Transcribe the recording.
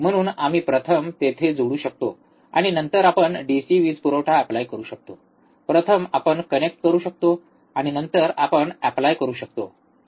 म्हणून आम्ही प्रथम तेथे जोडू शकतो आणि नंतर आपण डीसी वीज पुरवठा एप्लाय करू शकतो प्रथम आपण कनेक्ट करू शकतो आणि नंतर आपण एप्लाय करू शकतो ठीक आहे